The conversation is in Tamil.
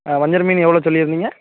ஆ வஞ்சரம் மீன் எவ்வளோ சொல்லியிருந்திங்க